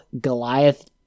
Goliath